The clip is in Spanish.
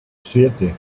siete